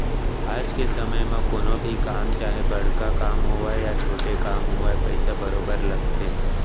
आज के समे म कोनो भी काम चाहे बड़का काम होवय या छोटे काम होवय पइसा बरोबर लगथे